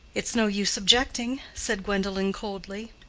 it's no use objecting, said gwendolen, coldly.